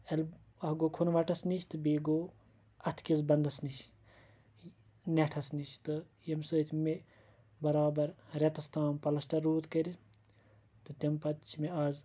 اَکھ گوٚو کھنوَٹھس نِش تہٕ بیٚیہِ گوٚو اَتھ کِس بَندَس نِش نیٚٹھَس نِش تہٕ ییٚمہِ سۭتۍ مےٚ بَرابَر ریٚتَس تام پَلَسٹَر رود کٔرِتھ تہٕ تمہِ پَتہٕ چھِ مےٚ آز